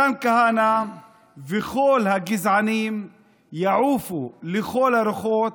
מתן כהנא וכל הגזענים יעופו לכל הרוחות,